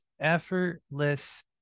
effortless